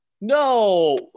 No